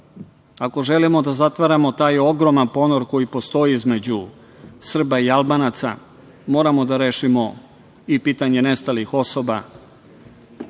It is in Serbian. Ako želimo da zatvaramo taj ogroman ponor koji postoji između Srba i Albanaca, moramo da rešimo i pitanje nestalih osoba